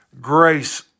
Grace